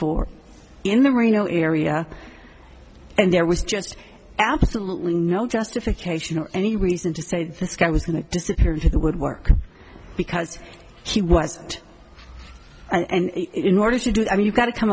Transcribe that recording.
four in the marino area and there was just absolutely no justification or any reason to say this guy was going to disappear into the woodwork because he wasn't and in order to do it i mean you've got to come